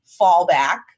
fallback